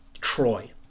Troy